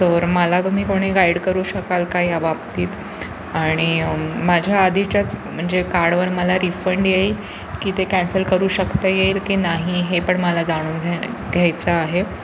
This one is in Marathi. तर मला तुम्ही कोणी गाईड करू शकाल का याबाबतीत आणि माझ्या आधीच्याच म्हणजे कार्डवर मला रिफंड येईल की ते कॅन्सल करू शकता येईल की नाही हे पण मला जाणून घ्या घ्यायचं आहे